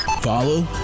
Follow